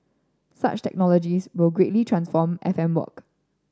such technologies will greatly transform F M work